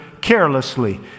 carelessly